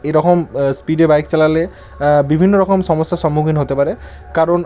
এরকম স্পিডে বাইক চালালে বিভিন্ন রকম সমস্যার সম্মুখীন হতে পারে কারণ